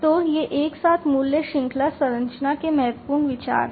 तो ये एक साथ मूल्य श्रृंखला संरचना के महत्वपूर्ण विचार हैं